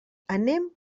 anem